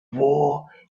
war